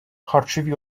харчові